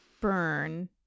burn